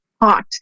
hot